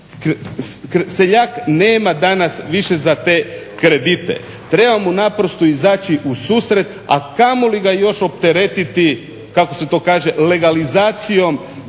Seljak nema danas više za te kredite, treba mu naprosto izaći u susret, a kamoli ga još opteretiti kako se to kaže legalizacijom